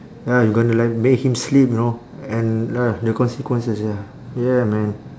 ya you gonna like make him sleep you know and ya the consequences ya yeah man